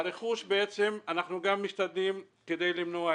הרכוש, אנחנו גם משתדלים למנוע..